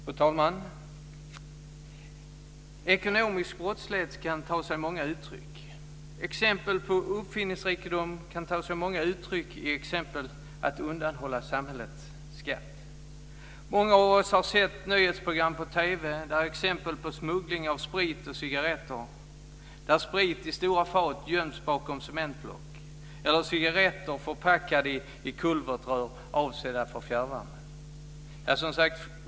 Fru talman! Ekonomisk brottslighet kan ta sig många uttryck. Exemplen på uppfinningsrikedom tar sig uttryck i att undanhålla samhället skatt. Många av oss har sett nyhetsprogram på TV med exempel på smuggling av sprit och cigarretter. Sprit i stora fat göms bakom cementblock och cigarretter förpackas i kulvertrör avsedda för fjärrvärme.